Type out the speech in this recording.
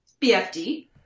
BFD